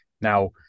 Now